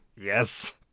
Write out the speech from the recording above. Yes